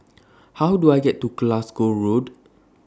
How Do I get to Glasgow Road